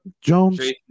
jones